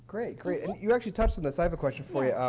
great, great. and you actually touched on this. i have a question for you.